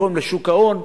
יתרום לשוק ההון.